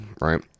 right